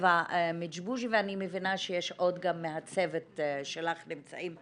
אווה מדז'יבוז' ואני מבינה שיש עוד גם מהצוות שלך נמצאים איתנו.